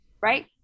right